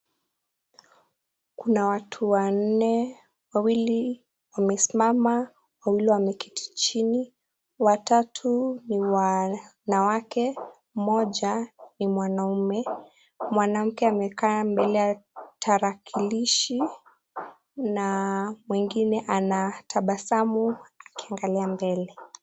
Kuna watu wanne, wawili wamesimama, wawli wameketi chini. Watatu ni wanawake, mmoja ni mwanamme. Mwanamke amekaa mbele ya tarakilishi na mwingine anatabasamu akiangalia mbele.